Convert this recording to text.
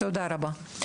תודה רבה.